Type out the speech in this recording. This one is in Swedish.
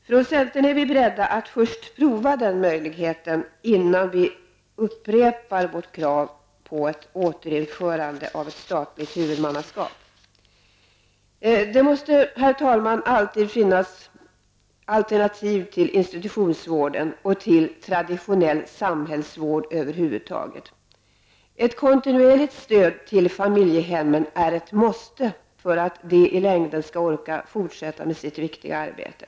Vi i centern är beredda att först prova den möjligheten, innan vi upprepar vårt krav på ett återinförande av ett statligt huvudmannaskap. Herr talman! Det måste alltid finnas alternativ till institutionsvården och till traditionell samhällsvård över huvud taget. Ett kontinuerligt stöd till familjehemmen är ett måste för att de i längden skall orka fortsätta med sitt viktiga arbete.